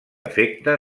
afecta